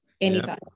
anytime